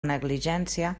negligència